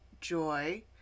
joy